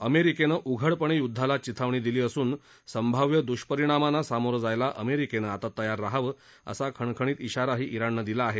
अमेरिकनं उघडपणे य्द्धाला चिथावणी दिली असून संभाव्य द्ष्परिणामांना सामोरं जायला अमेरिकेनं आता तयार राहावं असा इशाराही इराणनं दिला आहे